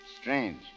Strange